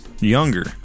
younger